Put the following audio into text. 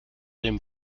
dem